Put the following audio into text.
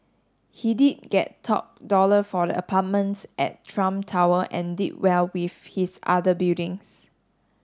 he did get top dollar for the apartments at Trump Tower and did well with his other buildings